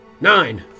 Nine